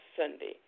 Sunday